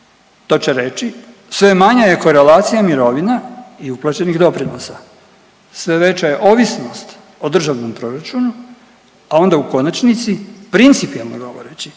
To će reći sve je manja korelacija mirovina i uplaćenih doprinosa. Sve veća je ovisnost o državnom proračunu, a onda u konačnici principijelno mogu reći